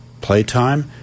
playtime